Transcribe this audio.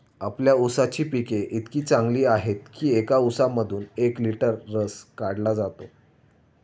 आपल्या ऊसाची पिके इतकी चांगली आहेत की एका ऊसामधून एक लिटर रस काढला जातो